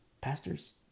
pastors